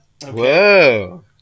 Whoa